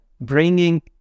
Bringing